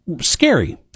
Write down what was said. scary